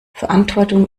verantwortung